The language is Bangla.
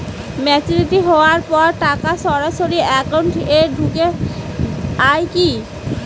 ম্যাচিওরিটি হওয়ার পর টাকা সরাসরি একাউন্ট এ ঢুকে য়ায় কি?